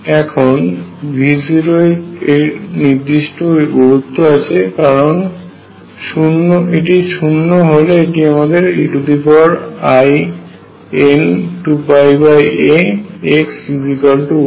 এখন V0 এর একটি নির্দিষ্ট গুরুত্ব আছে কারণ শূন্য হলে এটি আমাদের ein2πax1 মান দেয়